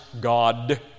God